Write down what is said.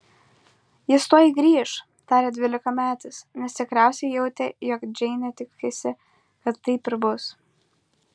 jis tuoj grįš tarė dvylikametis nes tikriausiai jautė jog džeinė tikisi kad taip ir bus